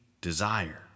desire